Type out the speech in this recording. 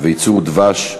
וייצור דבש.